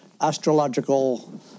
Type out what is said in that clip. astrological